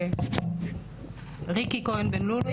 אוקי, ריקי כהן בן לולו.